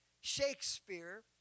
Shakespeare